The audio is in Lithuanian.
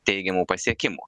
teigiamų pasiekimų